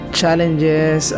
challenges